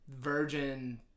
Virgin